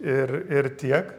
ir ir tiek